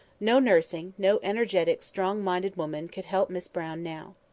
no nursing no energetic strong-minded woman could help miss brown now.